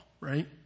right